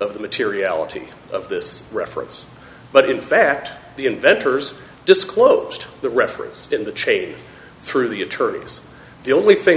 of the materiality of this reference but in fact the inventors disclosed the reference in the chase through the attorneys the only thing